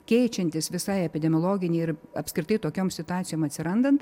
keičiantis visai epidemiologinei ir apskritai tokiom situacijom atsirandant